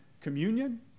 Communion